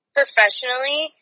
professionally